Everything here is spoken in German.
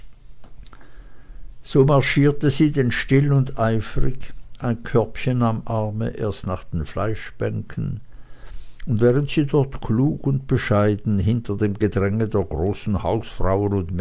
so marschierte sie denn still und eifrig ein körbchen am arme erst nach den fleischbänken und während sie dort klug und bescheiden hinter dem gedränge der großen hausfrauen